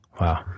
Wow